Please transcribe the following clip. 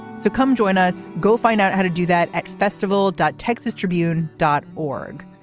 so come join us go find out how to do that. at festival dot texas tribune dot org.